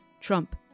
Trump